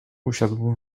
usiadł